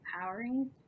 empowering